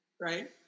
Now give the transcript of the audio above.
right